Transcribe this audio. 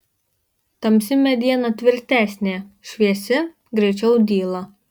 tamsi mediena tvirtesnė šviesi greičiau dyla